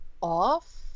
off